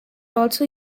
also